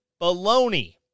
baloney